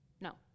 no